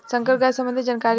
संकर गाय सबंधी जानकारी दी?